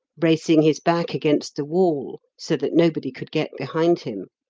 bracing his back against the wall, so that nobody could get behind him,